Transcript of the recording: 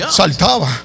saltaba